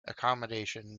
accommodation